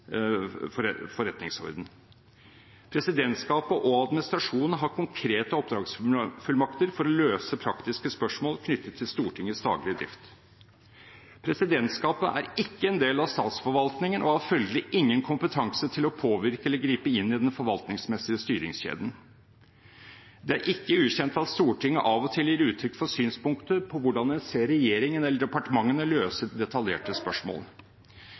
Stortingets forretningsorden. Presidentskapet og administrasjonen har konkrete oppdragsfullmakter for å løse praktiske spørsmål knyttet til Stortingets daglige drift. Presidentskapet er ikke en del av statsforvaltningen og har følgelig ingen kompetanse til å påvirke eller gripe inn i den forvaltningsmessige styringskjeden. Det er ikke ukjent at Stortinget av og til gir uttrykk for synspunkter på hvordan en ser regjeringen eller departementene løse detaljerte spørsmål.